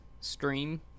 stream